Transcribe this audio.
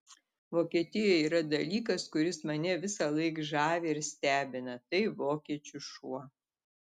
vokietijoje yra dalykas kuris mane visąlaik žavi ir stebina tai vokiečių šuo